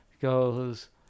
goes